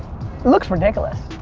looks ridiculous.